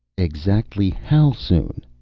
exactly how soon?